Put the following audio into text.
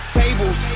tables